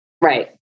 Right